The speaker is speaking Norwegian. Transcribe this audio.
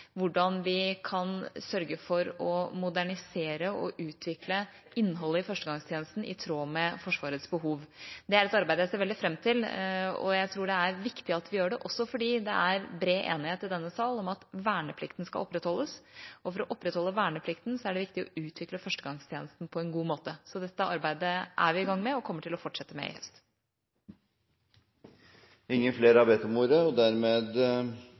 hvordan vi kan sørge for å modernisere og utvikle innholdet i førstegangstjenesten i tråd med Forsvarets behov. Det er et arbeid jeg ser veldig fram til. Jeg tror det er viktig at vi gjør det – også fordi det er bred enighet i denne sal om at verneplikten skal opprettholdes. For å opprettholde verneplikten er det viktig å utvikle førstegangstjenesten på en god måte. Dette arbeidet er vi i gang med – og vil fortsette med til høsten. Flere har ikke bedt om ordet